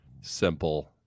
Simple